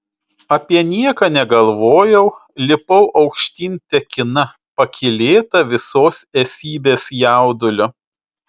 apie nieką negalvojau lipau aukštyn tekina pakylėta visos esybės jaudulio